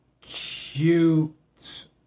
cute